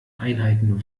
einheiten